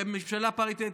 וממשלה פריטטית,